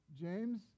James